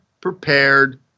prepared